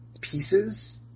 pieces